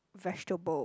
vegetable